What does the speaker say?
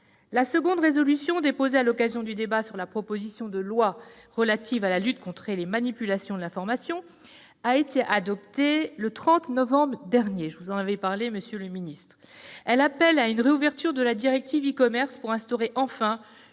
Ma seconde résolution, déposée à l'occasion du débat sur la proposition de loi relative à la lutte contre les manipulations de l'information, a été adoptée le 30 novembre dernier. Elle appelle à une réouverture de la directive E-commerce, pour instaurer, enfin,